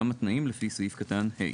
גם התנאים לפי סעיף קטן (ה).